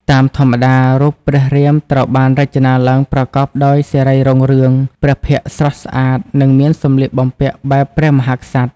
តាមធម្មតា រូបព្រះរាមត្រូវបានរចនាឡើងប្រកបដោយសិរីរុងរឿង ព្រះភ័ក្ត្រស្រស់ស្អាតនិងមានសម្លៀកបំពាក់បែបព្រះមហាក្សត្រ ។